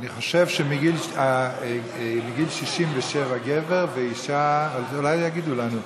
אני חושב שמגיל 67, גבר, ואישה, אולי יגידו לנו.